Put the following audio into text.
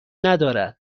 ندارد